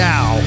Now